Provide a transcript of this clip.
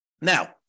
Now